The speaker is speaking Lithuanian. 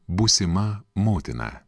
būsima motina